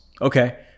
Okay